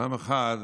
פעם אחת,